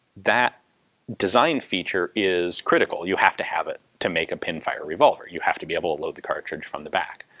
that design feature is critical, you have to have it to make a pinfire revolver. you have to be able to load the cartridge from the back.